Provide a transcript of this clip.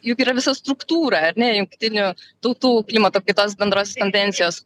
juk yra visa struktūra ar ne jungtinių tautų klimato kaitos bendros tendencijos